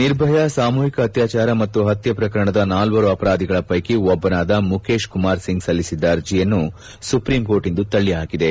ನಿರ್ಭಯಾ ಸಾಮೂಹಕ ಅತ್ಯಾಚಾರ ಮತ್ತು ಹತ್ಯೆ ಪ್ರಕರಣದ ನಾಲ್ವರು ಅಪರಾದಿಗಳ ಪೈಕಿ ಒಬ್ಬನಾದ ಮುಖೇಶ್ಕುಮಾರ್ ಸಿಂಗ್ ಸಲ್ಲಿಸಿದ್ದ ಅರ್ಜೆಯನ್ನು ಸುಪ್ರೀಂಕೋರ್ಟ್ ಇಂದು ತಳ್ಳಿಹಾಕಿದೆ